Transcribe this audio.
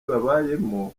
babayemo